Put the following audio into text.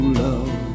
love